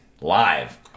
live